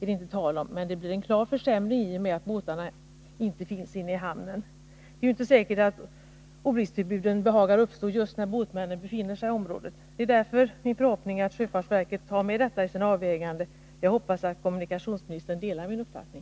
Det blir emellertid en klar försämring i och med att båtarna inte finns inne i hamnen. Det är ju inte säkert att olyckstillbuden behagar uppstå just när båtsmännen befinner sig i området. Det är därför min förhoppning att sjöfartsverket tar med detta i sina överväganden, och jag hoppas att kommunikationsministern delar min uppfattning.